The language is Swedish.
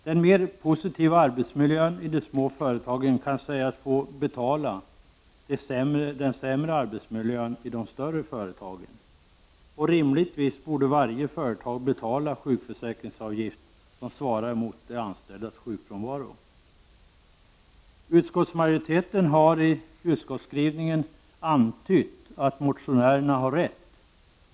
Den mer positiva arbetsmiljön i de små företagen kan sägas få betala den sämre arbetsmiljön i de större företagen. Rimligtvis borde varje företag betala sjukförsäkringsavgifter som svarar mot de anställdas sjukfrånvaro. Utskottsmajoriteten har i utskottsskrivningen antytt att motionärerna har rätt.